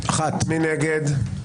מי נגד?